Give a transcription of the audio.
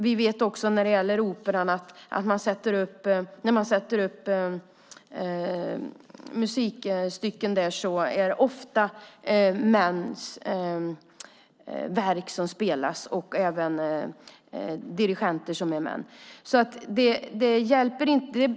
Vi vet också när det gäller operan att det man sätter upp ofta är mäns verk och att även de dirigenter som är med är män, så det hjälper inte.